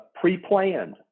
pre-planned